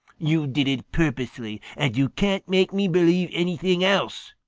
you did it purposely, and you can't make me believe anything else.